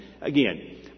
Again